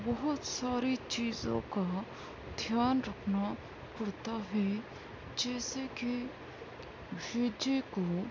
بہت ساری چیزوں کا دھیان رکھنا پڑتا ہے جیسے کہ بھیجے کو